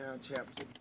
chapter